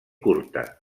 curta